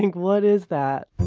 what is that?